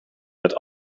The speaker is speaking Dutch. met